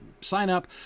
sign-up